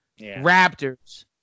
Raptors